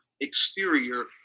exterior